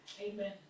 Amen